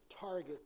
target